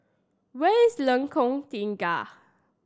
where is Lengkong Tiga